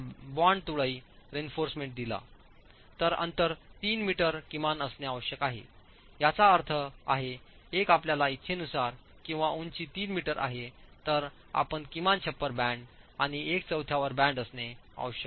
bond तुळई reinforcement दिला तर अंतर 3 मीटर किमान असणे आवश्यक आहे याचा अर्थ आहेएकआपल्या इच्छेनुसार किंवा उंची 3 मीटर आहे तर आपण किमान छप्पर बँड आणि एक चौथर्यावर बँड असणे आवश्यक आहे